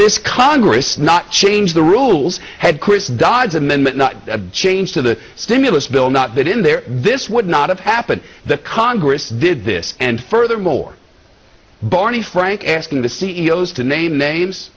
this congress not changed the rules had chris dodd's and then not a change to the stimulus bill not that in there this would not have happened the congress did this and furthermore barney frank asking the c e o s to name names